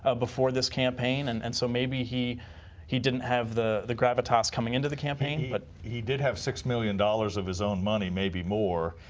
ah before this campaign, and and so maybe he he didn't have the the but coming into the campaign. but he did have six million dollars of his own money, maybe more.